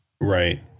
Right